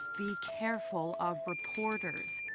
be careful of reporters.